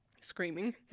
Screaming